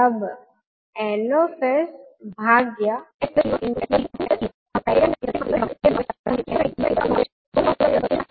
H𝑠 ના Laplace inverse ના inverse ને ફાઇનાઇટ થશે જ્યારે t ઇન્ફીનિટી તરફ જશે